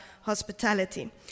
hospitality